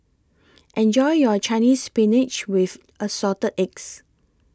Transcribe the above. Enjoy your Chinese Spinach with Assorted Eggs